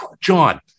John